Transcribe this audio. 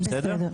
בסדר?